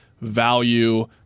value